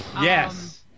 Yes